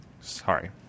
sorry